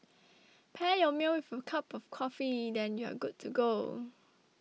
pair your meal with a cup of coffee then you're good to go